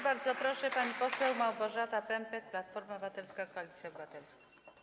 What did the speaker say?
Bardzo proszę, pani poseł Małgorzata Pępek, Platforma Obywatelska - Koalicja Obywatelska.